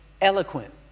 eloquent